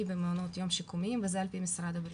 במעונות יום שיקומיים וזה ע"פ משרד הבריאות.